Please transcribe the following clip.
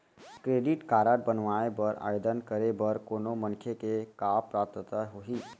Credit card बनवाए बर आवेदन करे बर कोनो मनखे के का पात्रता होही?